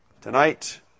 Tonight